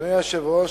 אדוני היושב-ראש,